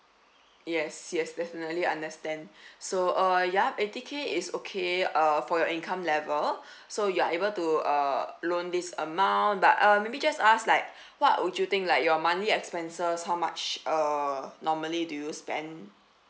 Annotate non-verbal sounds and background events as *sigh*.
yes yes definitely understand *breath* so uh yup eighty K is okay uh for your income level *breath* so you are able to uh loan this amount but uh maybe just ask like what would you think like your monthly expenses how much uh normally do you spend